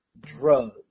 drug